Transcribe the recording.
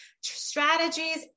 strategies